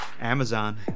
Amazon